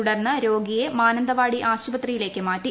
തുടർന്ന് രോഗിയെ മാനന്തവാടി ആശുപത്രിയിലേക്ക് മാറ്റി